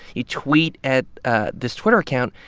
you tweet at ah this twitter account,